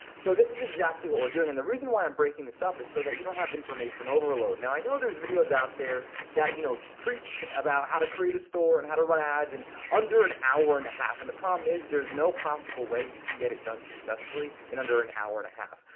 so this is exactly what we're doing, and the reason why i'm breaking this up is so that you don't have information overload. now i know there's videos out there that you know preach about how to create a store and how to run ads in under an hour and half, and the problem is there's no possible way you can get it done successfully in under an hour and a half.